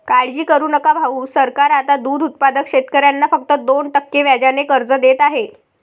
काळजी करू नका भाऊ, सरकार आता दूध उत्पादक शेतकऱ्यांना फक्त दोन टक्के व्याजाने कर्ज देत आहे